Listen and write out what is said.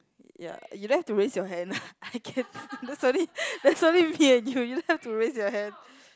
ya you don't have to raise your hand I can there's only there's only me and you you don't have to raise your hand